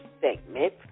segment